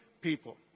people